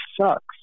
sucks